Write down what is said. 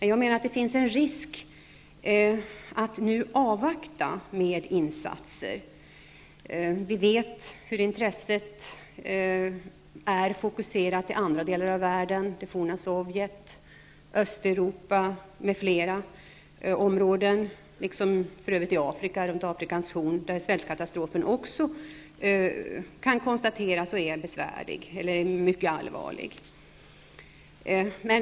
Jag menar att det finns en risk med att nu avvakta med insatser. Vi vet hur intresset är fokuserat på andra delar av världen — det forna Sovjet, Östeuropa m.fl. områden liksom för övrigt området runt Afrikas horn, där en svältkatastrof också kan konstateras och är mycket allvarlig.